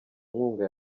nkunga